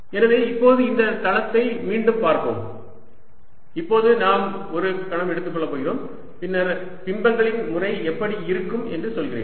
எனவே இப்போது இந்த தளத்தை மீண்டும் பார்ப்போம் இப்போது நாம் ஒரு கணம் எடுத்துக் கொள்ள போகிறோம் பின்னர் பிம்பங்களின் முறை எப்படி இருக்கும் என்று சொல்கிறேன்